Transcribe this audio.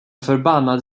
förbannad